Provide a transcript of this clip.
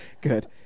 Good